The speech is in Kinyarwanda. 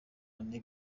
neg